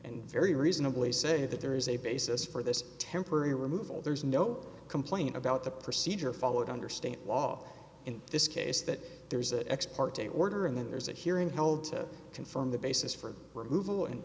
and very reasonably say that there is a basis for this temporary removal there's no complaint about the procedure followed under state law in this case that there's that ex parte order and then there's a hearing held to confirm the basis for removal and